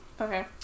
Okay